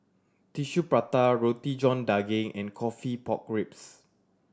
Tissue Prata Roti John Daging and coffee pork ribs